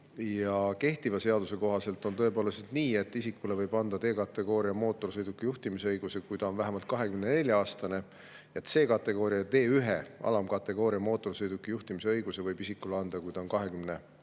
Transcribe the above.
Kehtiva seaduse kohaselt on nii, et isikule võib anda D-kategooria mootorsõiduki juhtimise õiguse, kui ta on vähemalt 24-aastane, ning C-kategooria ja D1-alamkategooria mootorsõiduki juhtimise õiguse võib isikule anda, kui ta on